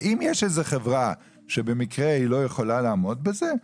אם יש חברה שבמקרה לא יכולה לעמוד בזה,